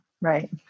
right